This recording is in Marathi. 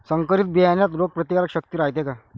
संकरित बियान्यात रोग प्रतिकारशक्ती रायते का?